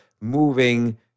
moving